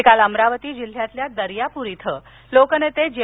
ते काल अमरावती जिल्ह्यातील दर्यापूर इथं लोकनेते जे